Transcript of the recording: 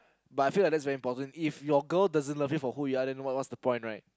but I feel like that's very important if your girl doesn't love you for who you are then what what's the point right